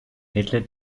hitler